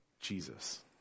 Jesus